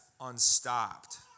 unstopped